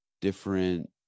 different